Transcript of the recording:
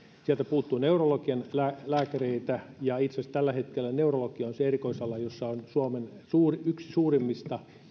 sieltä puuttuu neurologian lääkäreitä ja itse asiassa tällä hetkellä neurologia on se erikoisala jossa on suomen yksi suurimmista